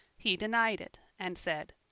he denied it, and said,